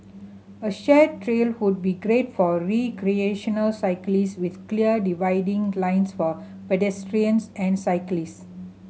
a shared trail would be great for recreational cyclist with clear dividing lines for pedestrians and cyclist